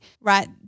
Right